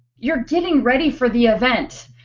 you're getting ready for the event.